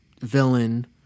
villain